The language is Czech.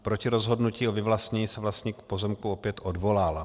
Proti rozhodnutí o vyvlastnění se vlastník pozemku opět odvolal.